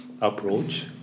approach